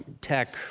tech